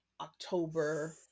october